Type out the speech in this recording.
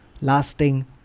lasting